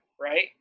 right